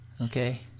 Okay